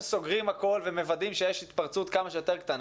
וסוגרים הכול ומוודאים שיש התפרצות כמה שיותר קטנה.